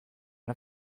out